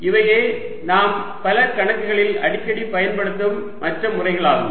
இவையே நாம் பல கணக்குகளில் அடிக்கடி பயன்படுத்தும் மற்ற முறைகள் ஆகும்